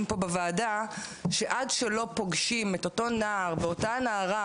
פה בוועדה שעד שלא פוגשים את אותו נער ואותה נערה